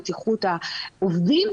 בטיחות העובדים,